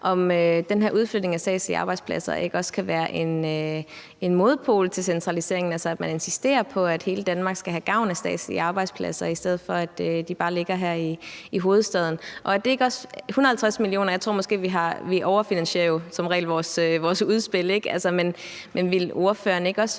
om den her udflytning af statslige arbejdspladser ikke også kan være en modpol til centraliseringen, altså at man insisterer på, at hele Danmark skal have gavn af statslige arbejdspladser, i stedet for at de bare ligger her i hovedstaden. 150 mio. kr., og vi overfinansierer jo som regel vores udspil, men vil ordføreren ikke også